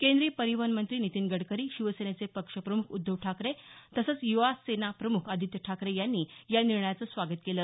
केंद्रीय परिवहन मंत्री नितीन गडकरी शिवसेनेचे पक्षप्रमुख उद्धव ठाकरे तसंच युवासेना प्रमुख आदित्य ठाकरे यांनी या निर्णयाचं स्वागत केलं